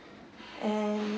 and